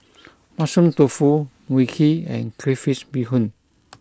Mushroom Tofu Mui Kee and Crayfish Beehoon